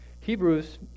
Hebrews